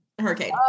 Hurricane